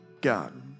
God